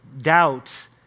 doubt